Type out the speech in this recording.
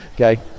okay